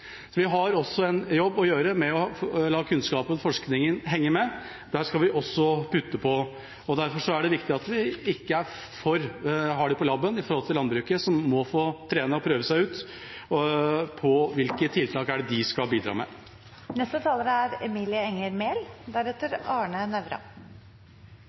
Så vi har også en jobb å gjøre med å la kunnskapen og forskningen henge med. Derfor er det viktig at vi ikke er for harde på labben overfor landbruket, som må få trene og prøve ut hvilke tiltak de skal bidra